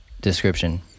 description